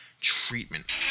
treatment